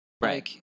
Right